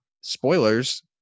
spoilers